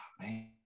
man